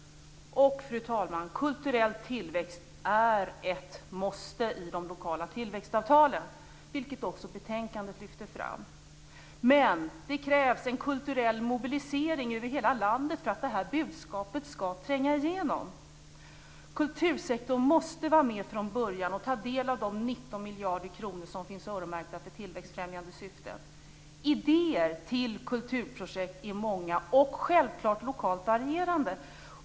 Fru talman! Kulturell tillväxt är ett måste i de lokala tillväxtavtalen, vilket också lyfts fram i betänkandet. Men det krävs en kulturell mobilisering över hela landet för att detta budskap ska tränga igenom. Kultursektorn måste vara med från början och ta del av de 19 miljarder kronor som finns öronmärkta för tillväxtfrämjande syften. Idéerna till kulturprojekt är många och självfallet lokalt varierande.